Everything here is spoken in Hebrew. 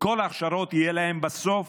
תהיה בסוף